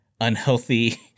unhealthy